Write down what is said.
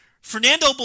Fernando